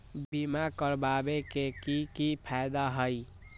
बीमा करबाबे के कि कि फायदा हई?